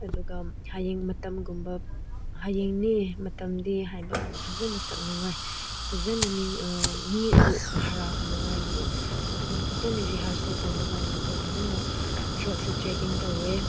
ꯑꯗꯨꯒ ꯍꯌꯦꯡ ꯃꯇꯝꯒꯨꯝꯕ ꯍꯌꯦꯡꯅꯦ ꯃꯇꯝꯗꯤ ꯍꯥꯏꯕꯀꯥꯟꯗ ꯐꯖꯅ ꯁꯛꯅꯉꯥꯏ ꯐꯖꯅ ꯃꯤꯕꯨ ꯍꯔꯥꯎꯍꯟꯅꯉꯥꯏꯒꯤ ꯐꯖꯅ ꯔꯤꯍꯥꯔꯁꯦꯜ ꯇꯧꯕꯀꯥꯟꯗꯗꯤ ꯑꯩꯈꯣꯏ ꯐꯖꯅ ꯊ꯭ꯔꯣꯠꯁꯨ ꯆꯦꯛꯀꯤꯡ ꯇꯧꯋꯦ